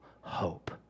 hope